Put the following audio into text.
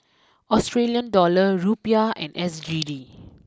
Australia dollar Rupiah and S G D